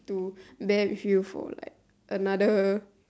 to there with you like for another